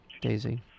Daisy